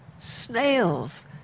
Snails